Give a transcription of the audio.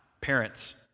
parents